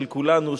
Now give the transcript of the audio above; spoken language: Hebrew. של כולנו,